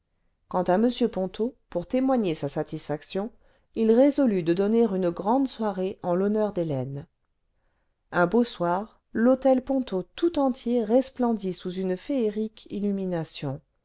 quant à m ponto pour témoigner sa satisfaction il résolut de donner une grande soirée en l'honneur d'hélène un beau soir l'hôtel ponto tout entier resplendit sous une féerique illumination